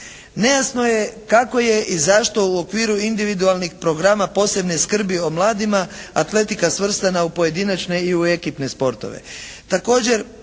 Nejasno je kako je i zašto u okviru individualnih programa posebne skrbi o mladima atletika svrstana u pojedinačne i u ekipne sportove.